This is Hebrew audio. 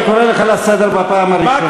אני קורא לך לסדר בפעם הראשונה.